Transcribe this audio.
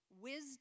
wisdom